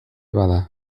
bada